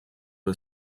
are